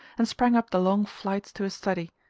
and sprang up the long flights to his study.